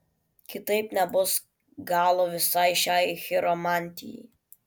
kitaip nebus galo visai šiai chiromantijai